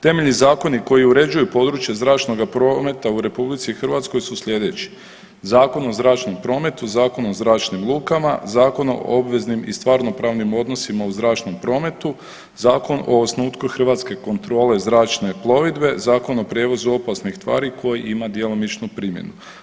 Temeljni zakoni koji uređuju područje zračnoga prometa u RH su slijedeći, Zakon o zračnom prometu, Zakon o zračnim lukama, Zakon o obveznim i stvarnopravnim odnosima u zračnom prometu, Zakon o osnutku Hrvatske kontrole zračne plovidbe, Zakon o prijevozu opasnih tvari koji ima djelomičnu primjenu.